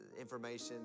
information